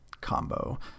combo